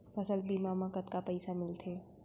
फसल बीमा म कतका पइसा मिलथे?